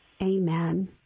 Amen